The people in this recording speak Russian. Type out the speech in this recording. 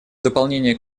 дополнение